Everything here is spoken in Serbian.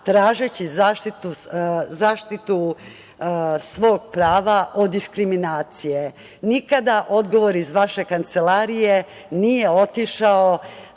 tražeći zaštitu svog prava od diskriminacije. Nikada odgovor iz vaše kancelarije nije otišao